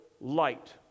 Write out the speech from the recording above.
light